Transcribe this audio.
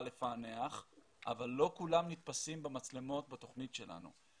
לפענח אבל לא כולם נתפסים במצלמות בתוכנית שלנו.